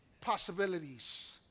possibilities